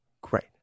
Great